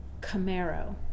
camaro